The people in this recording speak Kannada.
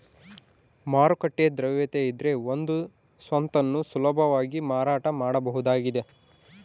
ಮಾರುಕಟ್ಟೆ ದ್ರವ್ಯತೆಯಿದ್ರೆ ಒಂದು ಸ್ವತ್ತನ್ನು ಸುಲಭವಾಗಿ ಮಾರಾಟ ಮಾಡಬಹುದಾಗಿದ